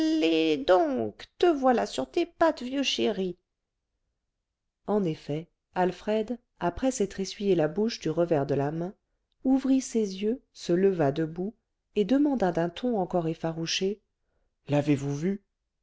donc te voilà sur tes pattes vieux chéri en effet alfred après s'être essuyé la bouche du revers de la main ouvrit ses yeux se leva debout et demanda d'un ton encore effarouché l'avez-vous vu